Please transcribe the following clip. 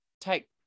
take